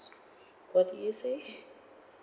what did you say